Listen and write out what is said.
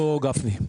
לא גפני.